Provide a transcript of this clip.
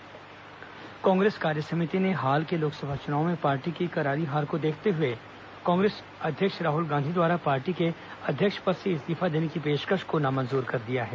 कांग्रेस कार्य समिति बैठक कांग्रेस कार्य समिति ने हाल के लोकसभा चुनाव में पार्टी की करारी हार को देखते हुए कांग्रेस अध्यक्ष राहल गांधी द्वारा पार्टी के अध्यक्ष पद से इस्तीफा देने की पेशकश नामंजूर कर दी है